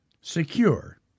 secure